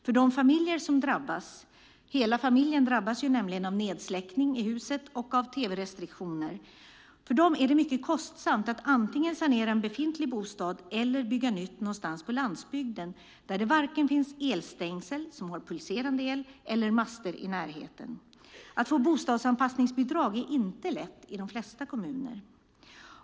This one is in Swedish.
För de familjer som drabbas - hela familjen drabbas nämligen av nedsläckning i huset och av tv-restriktioner - är det mycket kostsamt att antingen sanera en befintlig bostad eller bygga nytt någonstans på landsbygden där det varken finns elstängsel, som har pulserande el, eller master i närheten. Att få bostadsanpassningsbidrag är dock inte lätt i de flesta kommuner.